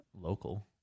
local